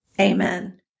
Amen